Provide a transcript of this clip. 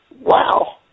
Wow